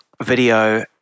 video